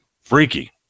freaky